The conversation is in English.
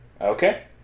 Okay